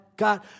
God